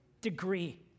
degree